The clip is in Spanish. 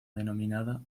denominada